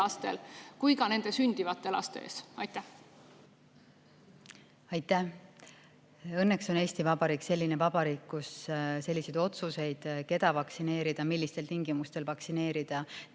lastel kui ka nende sündivatel lastel? Aitäh! Õnneks on Eesti Vabariik selline vabariik, kus selliseid otsuseid, keda vaktsineerida ja millistel tingimustel vaktsineerida,